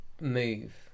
move